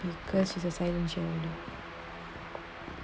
because is a silencing